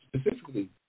specifically